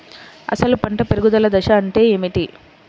అసలు పంట పెరుగుదల దశ అంటే ఏమిటి?